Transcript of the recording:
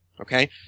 okay